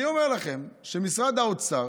אני אומר לכם שמשרד האוצר,